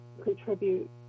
contribute